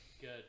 good